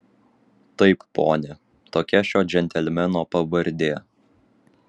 taip pone tokia šio džentelmeno pavardė